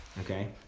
Okay